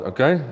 Okay